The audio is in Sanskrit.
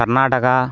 कर्नाटकः